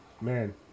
man